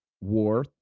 War